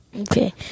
Okay